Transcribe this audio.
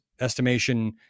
estimation